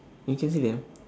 you can see them